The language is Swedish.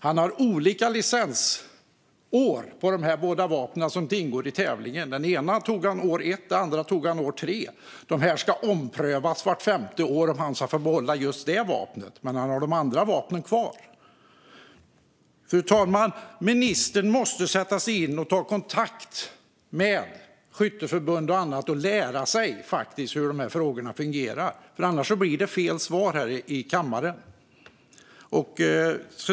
Han har olika licensår för de vapen han har med sig - den ena licensen tog han år 1, den andra togs år 3. Vart femte år ska licenserna omprövas och man ska avgöra om han ska få behålla just det vapnet, men han har de andra vapnen kvar. Fru talman! Ministern måste ta kontakt med skytteförbund och andra och lära sig hur de här frågorna fungerar, för annars blir det fel svar här i kammaren.